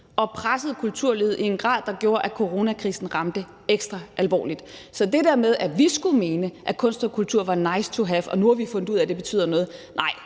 og pressede kulturlivet i en grad, der gjorde, at coronakrisen ramte ekstra alvorligt. Så til det der med, at vi skulle mene, at kunst og kultur var nice to have, og at vi nu har fundet ud af, at det betyder noget, vil